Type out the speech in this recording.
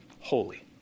holy